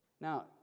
Now